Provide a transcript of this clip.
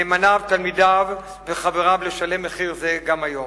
נאמניו, תלמידיו וחבריו, לשלם מחיר זה גם היום.